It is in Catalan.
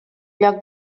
lloc